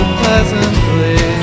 pleasantly